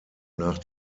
nach